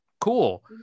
Cool